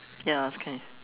ya okay